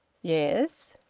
yes.